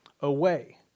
away